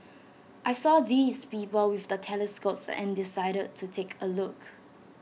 I saw these people with the telescopes and decided to take A look